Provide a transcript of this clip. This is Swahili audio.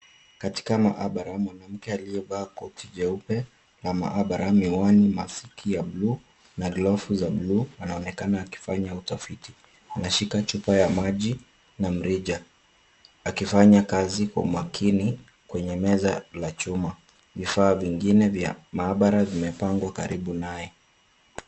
Katika maabara, mwanamke aliyevaa koti jeupe na maabara miwani, maski ya blue na glovu za blue akifanya utafiti. Anashika chupa ya maji na mrija akifanya kazi kwa umakini kwenye meza la chuma. Vifaa vingine vya maabara vimepangwa karibu naye.